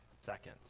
second